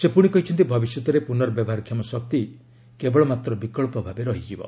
ସେ ପୁଣି କହିଛନ୍ତି ଭବିଷ୍ୟତରେ ପୁର୍ନବ୍ୟବହାରକ୍ଷମ ଶକ୍ତି କେବଳମାତ୍ର ବିକଳ୍ପ ଭାବେ ରହିବ